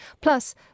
Plus